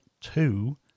two